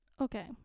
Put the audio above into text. Okay